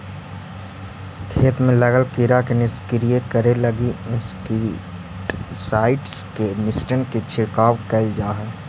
खेत में लगल कीड़ा के निष्क्रिय करे लगी इंसेक्टिसाइट्स् के मिश्रण के छिड़काव कैल जा हई